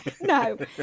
no